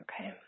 Okay